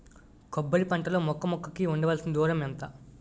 కొబ్బరి పంట లో మొక్క మొక్క కి ఉండవలసిన దూరం ఎంత